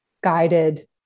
guided